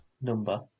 Number